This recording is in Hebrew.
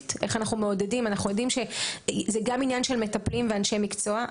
- אנחנו יודעים שזה גם עניין של מטפלים ואנשי מקצוע,